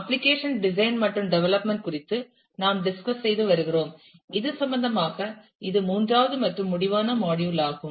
application design மற்றும் development குறித்து நாம் டிஸ்கஸ் செய்து வருகிறோம் இது சம்பந்தமாக இது மூன்றாவது மற்றும் முடிவான மாடியுல் ஆகும்